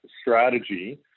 strategy